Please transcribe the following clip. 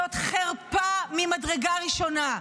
זאת חרפה ממדרגה ראשונה.